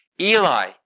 Eli